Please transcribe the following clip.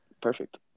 Perfect